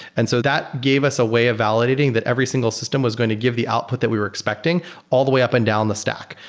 and so that gave us a way of validating that every single system was going to give the output that we were expecting all the way up and down the stack.